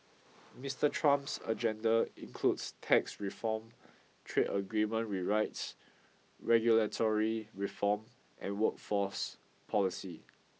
Mister Trump's agenda includes tax reform trade agreement rewrites regulatory reform and workforce policy